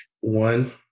one